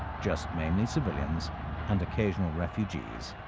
just mainly civilians and occasional refugees.